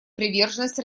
приверженность